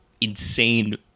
insane